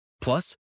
Plus